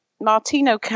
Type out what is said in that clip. Martino